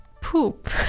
poop